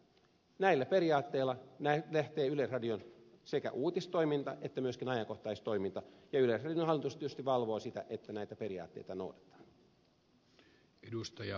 näillä periaatteilla lähtee yleisradion sekä uutistoiminta että myöskin ajankohtaistoiminta ja yleisradion hallitus tietysti valvoo sitä että näitä periaatteita noudatetaan